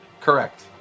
Correct